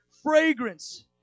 Fragrance